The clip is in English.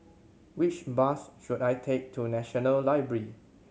which bus should I take to National Library